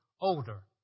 older